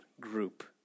group